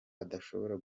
adashobora